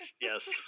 Yes